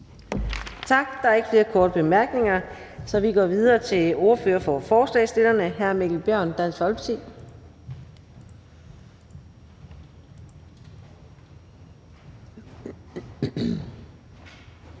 Gade): Der er ikke flere korte bemærkninger, så vi siger tak til ordføreren for forslagsstillerne, hr. Mikkel Bjørn. Da der